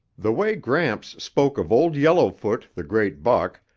the way gramps spoke of old yellowfoot, the great buck,